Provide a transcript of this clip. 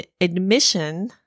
admission